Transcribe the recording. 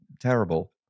terrible